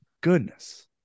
goodness